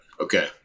Okay